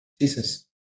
Jesus